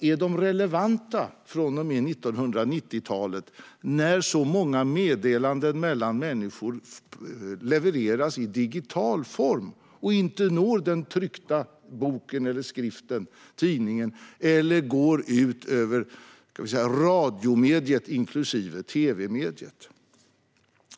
Är de relevanta från och med 1990-talet, när så många meddelanden mellan människor levereras i digital form och inte når den tryckta boken, skriften eller tidningen, eller går ut över radiomediet, inklusive tvmediet?